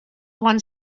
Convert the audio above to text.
one